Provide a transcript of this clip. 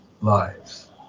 lives